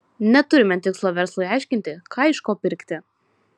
neturime tikslo verslui aiškinti ką iš ko pirkti